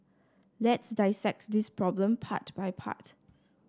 let's dissect this problem part by part